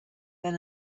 then